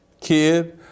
kid